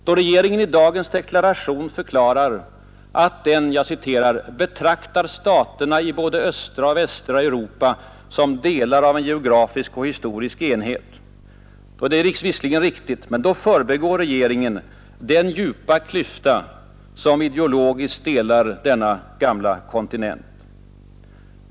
Då regeringen i dagens deklaration förklarar att den ”betraktar staterna i både östra och västra Europa som delar av en geografisk och historisk enhet”, då är detta visserligen riktigt, men då förbigår regeringen den djupa klyfta som ideologiskt delar denna gamla kontinent.